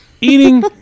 Eating